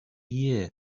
year